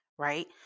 Right